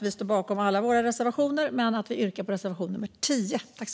Vi står bakom alla våra reservationer, men jag yrkar bifall enbart till reservation nr 10.